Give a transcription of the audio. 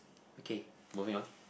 okay moving on